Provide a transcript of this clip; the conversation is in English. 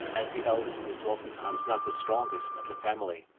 as the eldest is oftentimes not the strongest of the family.